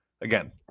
again